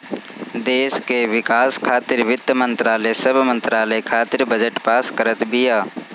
देस के विकास खातिर वित्त मंत्रालय सब मंत्रालय खातिर बजट पास करत बिया